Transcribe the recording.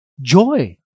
joy